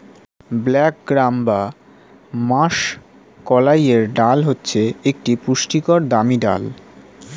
black gram বা মাষকলাইয়ের ডাল হচ্ছে একটি পুষ্টিকর দামি ডাল